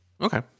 Okay